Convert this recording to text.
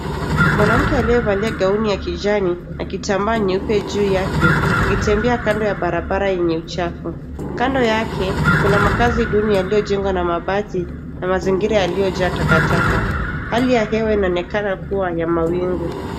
Mwanamke aliyevalia gauni ya kijani na kitambaa nyeupe juu yake, akitembea kando ya barabara yenye uchafu. Kando yake, kuna makazi duni yaliyojengwa na mabati na mazingira yaliyojaa takataka. Hali ya hewa inaonekana kuwa ya mawingu.